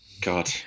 God